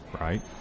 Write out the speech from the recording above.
Right